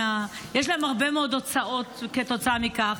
יש להם הרבה מאוד הוצאות כתוצאה מכך,